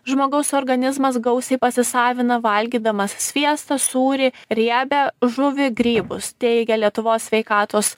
žmogaus organizmas gausiai pasisavina valgydamas sviestą sūrį riebią žuvį grybus teigia lietuvos sveikatos